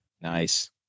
Nice